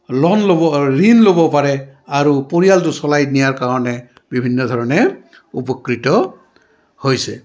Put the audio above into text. loan ল'ব ঋণ ল'ব পাৰে আৰু পৰিয়ালটো চলাই নিয়াৰ কাৰণে বিভিন্ন ধৰণে উপকৃত হৈছে